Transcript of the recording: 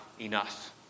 enough